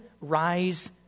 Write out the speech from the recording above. rise